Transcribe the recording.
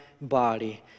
body